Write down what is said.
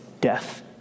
death